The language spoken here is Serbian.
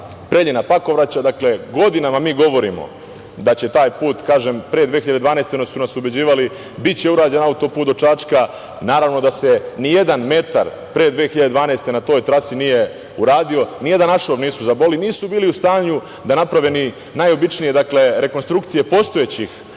Preljina – Pakovraće, dakle godinama mi govorimo da će taj put, kažem, pre 2012. godine su nas ubeđivali biće urađen auto-put do Čačka, naravno da se nijedan metar pre 2012. godine na toj trasi nije uradio, ni jedan ašov nisu zaboli. Nisu bili u stanju da naprave ni najobičnije rekonstrukcije postojećih